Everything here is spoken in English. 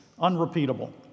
unrepeatable